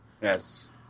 Yes